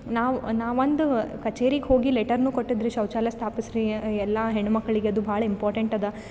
ನಾವು ನಾ ಒಂದು ಕಚೇರಿಗೆ ಹೋಗಿ ಲೆಟರನ್ನು ಕೊಟ್ಟಿದ್ರಿ ಶೌಚಾಲಯ ಸ್ಥಾಪಿಸ್ ರೀ ಎಲ್ಲ ಹೆಣ್ಣು ಮಕ್ಳಿಗೆ ಅದು ಭಾಳ ಇಂಪಾರ್ಟೆಂಟ್ ಅದ